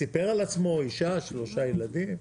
סיפר על עצמו, אישה, שלושה ילדים.